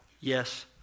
Yes